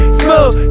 smooth